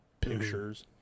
pictures